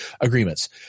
agreements